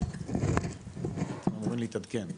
אתם אמורים להתעדכן.